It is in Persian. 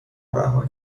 رها